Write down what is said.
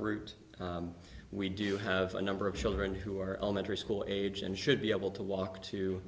route we do have a number of children who are elementary school age and should be able to walk to